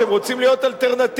אתם רוצים להיות אלטרנטיבה.